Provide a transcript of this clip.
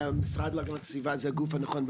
המשרד להגנת הסביבה הוא הגוף הנכון לטפל בשינויי האקלים,